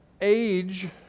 Age